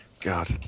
God